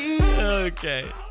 Okay